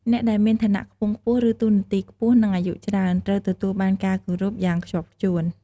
អ្នកដែលមាន ឋានៈខ្ពង់ខ្ពស់ ឬតួនាទីខ្ពស់ និង អាយុច្រើន ត្រូវទទួលបានការគោរពយ៉ាងខ្ជាប់ខ្ជួន។